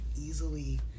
easily